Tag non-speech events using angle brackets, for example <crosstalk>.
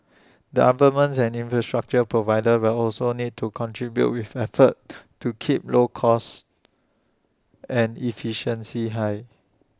the <unintelligible> and infrastructure providers will also need to contribute with efforts to keep low costs and efficiency high